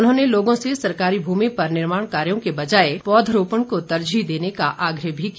उन्होंने लोगों से सरकारी भूमि पर निर्माण कार्यो के बजाए पौधरोपण को तरजीह देने का आग्रह भी किया